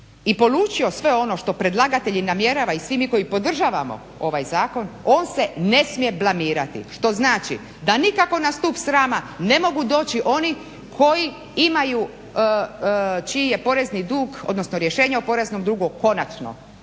i polučio sve ono što predlagatelj namjerava i svi mi podržavamo ovaj zakon, on se ne smije blamirati, što znači da nikako na stup srama ne mogu doći oni koji imaju, čiji je porezni dug odnosno rješenje o poreznom dugu konačno.